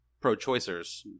pro-choicers